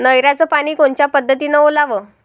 नयराचं पानी कोनच्या पद्धतीनं ओलाव?